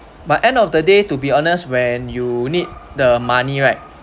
but end of the day to be honest when you need the money right